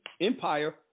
empire